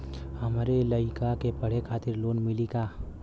हमरे लयिका के पढ़े खातिर लोन मिलि का?